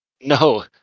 No